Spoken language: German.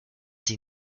die